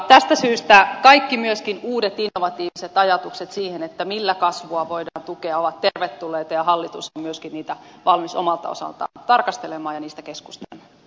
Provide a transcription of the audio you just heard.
tästä syystä myöskin kaikki uudet innovatiiviset ajatukset siitä millä kasvua voidaan tukea ovat tervetulleita ja hallitus on myöskin niitä valmis omalta osaltaan tarkastelemaan ja niistä keskustelemaan